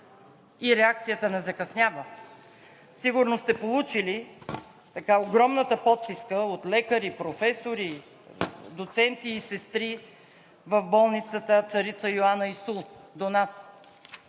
И реакцията не закъснява. Сигурно сте получили така огромната подписка от лекари, професори, доценти и сестри в болницата „Царица Йоана – ИСУЛ“ до нас,